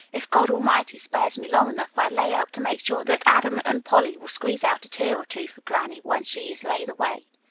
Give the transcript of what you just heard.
if god almighty spares me long enough, i lay out to make sure that adam and polly will squeeze out a tear or two for granny when she is laid away.